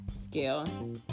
scale